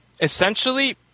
Essentially